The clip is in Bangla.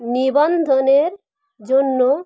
নিবন্ধনের জন্য